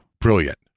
Brilliant